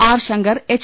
R Shankar H